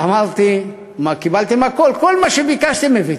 אמרתי: קיבלתם הכול, כל מה שביקשתם הבאתי.